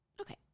Okay